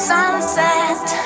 Sunset